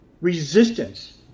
resistance